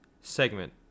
segment